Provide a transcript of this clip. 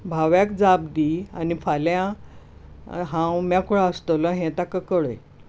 भाव्याक जाप दी आनी फाल्यां हांव मेकळों आसतलों हें ताका कळय